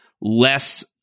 less